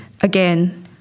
again